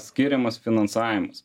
skiriamas finansavimas